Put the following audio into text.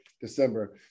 December